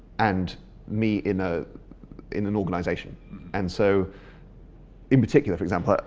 and me in ah in an organisation and so in particular for example, ah